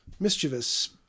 Mischievous